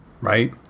right